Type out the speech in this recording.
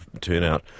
turnout